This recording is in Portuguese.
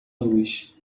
luz